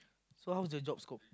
so how's the job scope